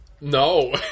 No